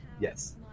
Yes